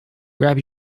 grab